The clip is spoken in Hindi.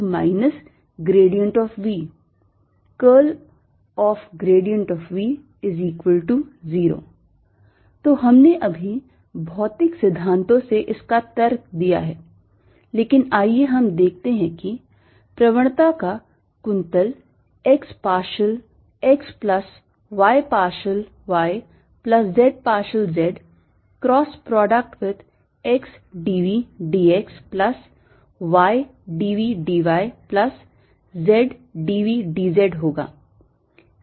E0 implies E V V0 तो हमने अभी भौतिक सिद्धांतों से इसका तर्क दिया है लेकिन आइए हम देखते हैं कि प्रवणता का कुंतल x partial x plus y partial y plus z partial z cross product with x d v d x plus y d v d y plus z d v d z होगा